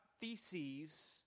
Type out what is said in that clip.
theses